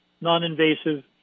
non-invasive